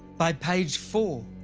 by page four,